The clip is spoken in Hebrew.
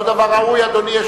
לא דבר ראוי, אדוני.